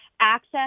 access